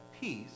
peace